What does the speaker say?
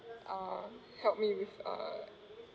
uh help me with uh